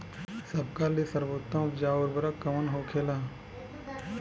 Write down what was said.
सबका ले सर्वोत्तम उपजाऊ उर्वरक कवन होखेला?